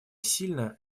сильно